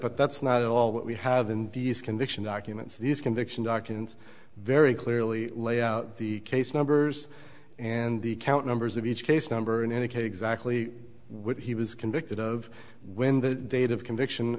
but that's not at all what we have in these conviction documents these conviction documents very clearly lay out the case numbers and the account numbers of each case number and indicate exactly what he was convicted of when the date of conviction